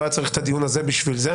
לא היה צריך את הדיון הזה בשביל זה.